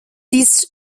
least